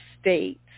states